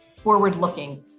forward-looking